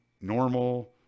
normal